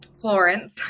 Florence